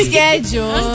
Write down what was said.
Schedule